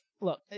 look